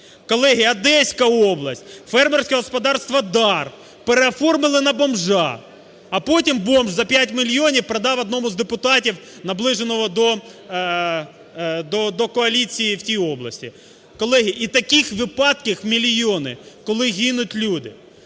Колеги, Одеська область, фермерське господарство "Дар", переоформили на бомжа, а потім бомж за 5 мільйонів продав одному з депутатів наближеного до коаліції в тій області. Колеги, і таких випадків мільйони, коли гинуть люди.